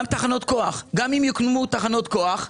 גם אם יוקמו תחנות כוח,